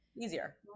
easier